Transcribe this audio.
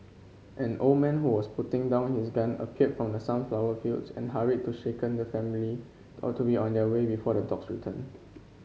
an old man who was putting down his gun appeared from the sunflower fields and hurried to shaken the family out to be on their way before the dogs return